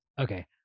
Okay